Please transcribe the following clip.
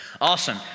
awesome